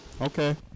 Okay